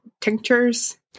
tinctures